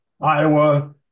Iowa